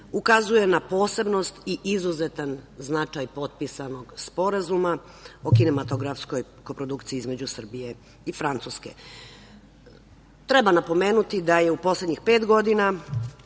ukazuje na posebnost i izuzetan značaj potpisanog Sporazuma o kinematografskoj kooprodukciji između Srbije i Francuske. Treba napomenuti da je u poslednjih pet godina,